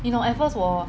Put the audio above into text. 你懂 at first 我